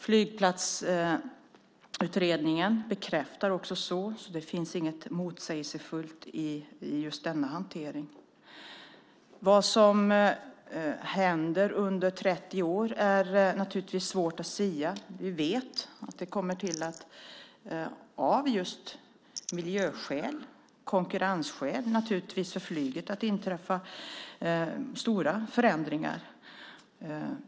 Flygplatsutredningen bekräftar också det. Det finns alltså inget motsägelsefullt i just denna hantering. Vad som händer under 30 år är naturligtvis svårt att sia om. Vi vet att det av miljöskäl och konkurrensskäl naturligtvis kommer att inträffa stora förändringar för flyget.